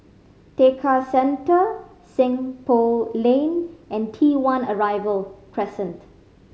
Tekka Centre Seng Poh Lane and T One Arrival Crescent